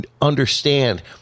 understand